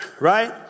Right